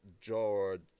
George